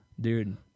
dude